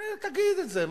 הרי תגיד את זה,